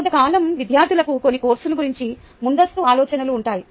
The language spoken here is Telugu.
కొంతకాలం విద్యార్థులకు కొన్ని కోర్సుల గురించి ముందస్తుగా ఆలోచనలు ఉంటాయి